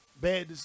bad